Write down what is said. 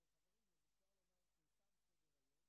חברים, אפשר לומר שתם סדר-היום.